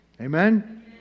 Amen